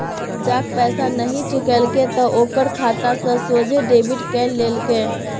करजाक पैसा नहि चुकेलके त ओकर खाता सँ सोझे डेबिट कए लेलकै